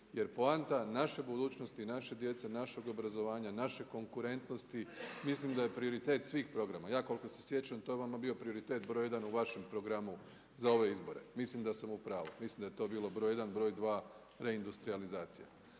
Jer poanta naše budućnosti i naše djece, našeg obrazovanja, naše konkurentnosti mislim da je prioritet svih programa. Ja koliko se sjećam to je vama bio prioritet broj jedan u vašem programu za ove izbore. Mislim da sam u pravu. Mislim da je to bilo broj jedan. Broj dva reindustrijalizacija.